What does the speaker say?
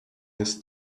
his